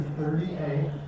thirty-eight